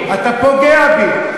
אתה פוגע בי.